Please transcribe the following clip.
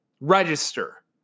register